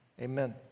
Amen